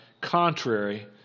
contrary